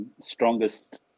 strongest